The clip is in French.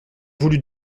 voulu